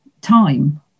time